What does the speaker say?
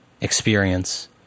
experience